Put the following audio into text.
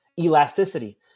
elasticity